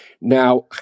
Now